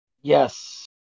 Yes